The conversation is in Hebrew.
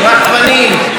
רחפנים,